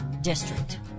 district